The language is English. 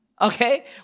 okay